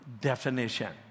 definition